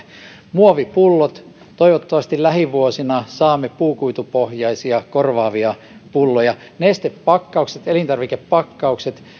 muovipullot toivottavasti lähivuosina saamme puukuitupohjaisia korvaavia pulloja nestepakkaukset elintarvikepakkaukset